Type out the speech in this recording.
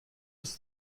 ist